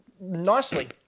Nicely